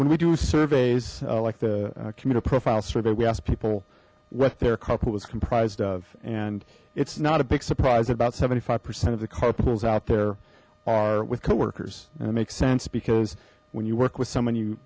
when we do surveys like the commuter profile survey we ask people what their carpool was comprised of and it's not a big surprise about seventy five percent of the car pulls out there are with co workers and it makes sense because when you work with someone you